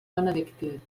benedictí